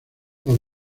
los